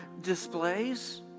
displays